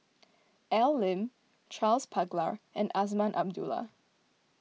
Al Lim Charles Paglar and Azman Abdullah